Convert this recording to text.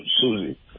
Susie